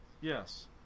yes